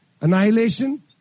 Annihilation